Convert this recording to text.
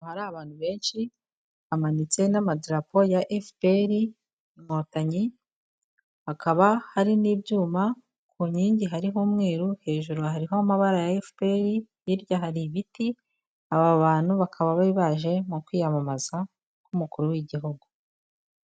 Hari abantu benshi, hamanitse n'amadarapo ya FPR inkotanyi, hakaba hari n'ibyuma, ku nkingi hariho umweru, hejuru hariho amabara ya FPR, hirya hari ibiti, aba bantu bakaba bari baje mu kwiyamamaza k'umukuru w'igihugu.